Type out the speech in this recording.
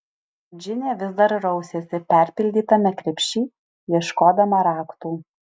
džinė vis dar rausėsi perpildytame krepšy ieškodama raktų